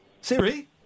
Siri